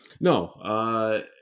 No